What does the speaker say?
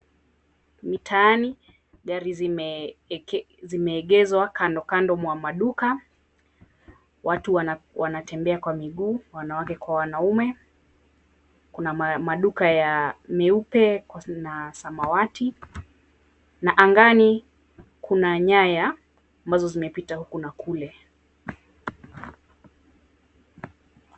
Mitaani, gari zimeegezwa kando kando mwa maduka. Watu wanatembea kwa miguu, wanawake kwa wanaume. Kuna maduka ya meupe na samawati na angani kuna nyaya ambazo zimepita huku na kule.